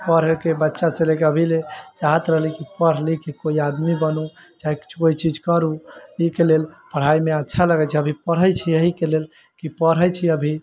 पढ़य के बच्चा से लेके अभी ले चाहैत रहली की पढ़ ली के कोइ आदमी बनू चाहे कोइ चीज करू ई के लेल पढ़ाइ मे अच्छा लगै छै अभी पढ़ै छी एहि के लेल की पढ़ै छी अभी